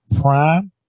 prime